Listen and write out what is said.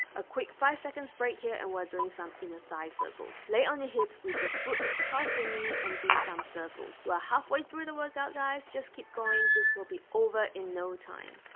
a quick five seconds break here and we're doing some inner thigh circles lay on your hips with your foot across your knee and do some circles you are halfway through the workout guys just keep going this will be over in no time